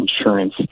insurance